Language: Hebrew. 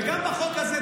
וגם בחוק הזה,